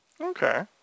Okay